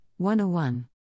101